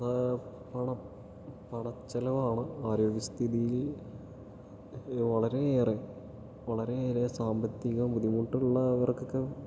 അതാ പണം പണച്ചിലവാണ് ആരോഗ്യസ്ഥിതിയിൽ വളരെയേറെ വളരെയേറെ സാമ്പത്തിക ബുദ്ധിമുട്ടുള്ളവർക്കൊക്കെ